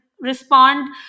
respond